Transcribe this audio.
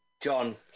John